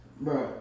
bro